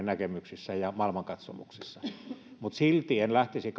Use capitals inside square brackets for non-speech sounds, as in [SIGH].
[UNINTELLIGIBLE] näkemyksissä ja maailmankatsomuksessa mutta silti en lähtisi [UNINTELLIGIBLE]